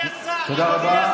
תודה רבה.